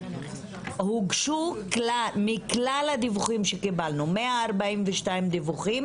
מכלל 142 הדיווחים שקיבלנו,